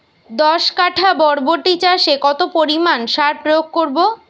দশ কাঠা বরবটি চাষে কত পরিমাণ সার প্রয়োগ করব?